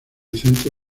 vicente